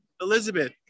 Elizabeth